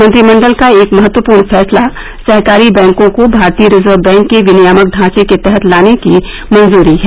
मंत्रिमंडल का एक महत्वपूर्ण फैसला सहकारी बैंकों को भारतीय रिजर्व बैंक के विनियामक ढांचे के तहत लाने की मंजूरी है